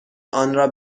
آنرا